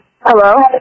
Hello